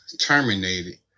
terminated